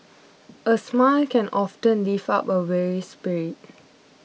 a smile can often lift up a weary spirit